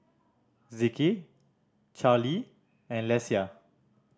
Zeke Charlee and Lesia